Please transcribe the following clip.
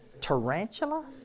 tarantula